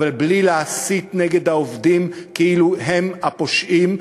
אבל בלי להסית נגד העובדים כאילו הם הפושעים,